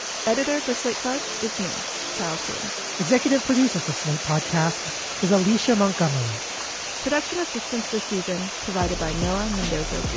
editor for slate. plus is me child two executive producer for slate podcasts is alicia montgomery production assistance this season provided by noah mendoza.